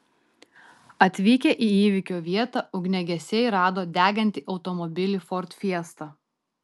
atvykę į įvykio vietą ugniagesiai rado degantį automobilį ford fiesta